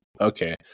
Okay